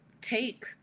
take